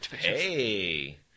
Hey